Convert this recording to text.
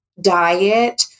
diet